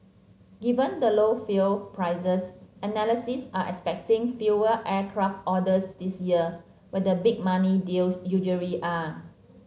given the low fuel prices analysts are expecting fewer aircraft orders this year where the big money deals usually are